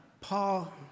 Paul